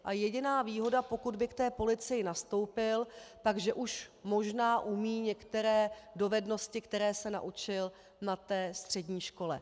A jediná výhoda, pokud by k policii nastoupil, je, že už možná umí některé dovednosti, které se naučil na té střední škole.